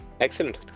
Excellent